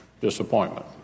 disappointment